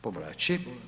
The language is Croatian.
Povlači.